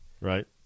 Right